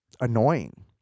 annoying